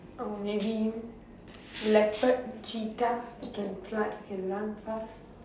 or maybe leopard cheetah can fly can run fast